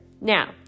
Now